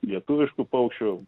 lietuviškų paukščių